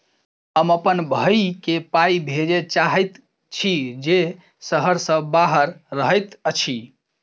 हम अप्पन भयई केँ पाई भेजे चाहइत छि जे सहर सँ बाहर रहइत अछि